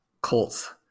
Colts